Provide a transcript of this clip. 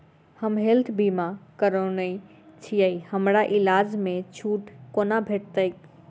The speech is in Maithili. हम हेल्थ बीमा करौने छीयै हमरा इलाज मे छुट कोना भेटतैक?